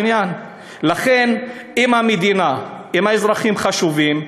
לכן, אם המדינה, אם האזרחים חשובים,